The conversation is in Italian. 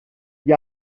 gli